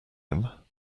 him